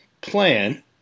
plan